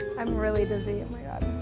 i'm really dizzy, and